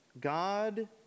God